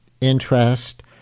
interest